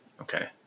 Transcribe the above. okay